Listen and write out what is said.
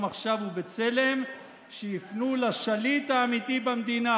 עכשיו" ו"בצלם" שיפנו לשליט האמיתי במדינה,